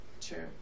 true